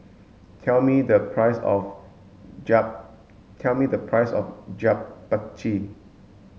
tell me the price of Japchae